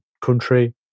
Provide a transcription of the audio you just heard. country